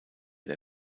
der